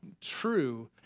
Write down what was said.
true